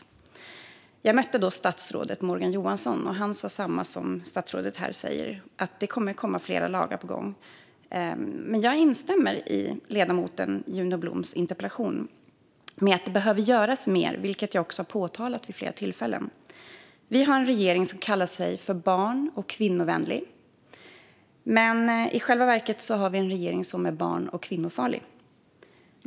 I debatten mötte jag statsrådet Morgan Johansson, och han sa samma sak som statsrådet säger här om att det är flera lagar på gång. Jag instämmer i ledamoten Juno Bloms interpellation om att det behöver göras mer, vilket jag också har påtalat vid flera tillfällen. Vi har en regering som kallar sig för barn och kvinnovänlig. Men i själva verket har vi en regering som är barn och kvinnofarlig.